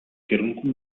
kierunku